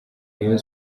rayon